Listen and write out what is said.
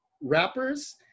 rappers